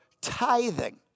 tithing